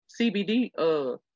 CBD